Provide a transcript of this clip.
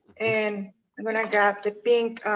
and i'm gonna grab the pink